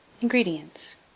Ingredients